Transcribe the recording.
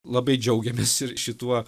labai džiaugiamės ir šituo